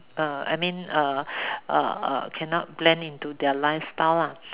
uh I mean err cannot blend into their lifestyle lah